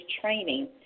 training